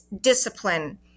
discipline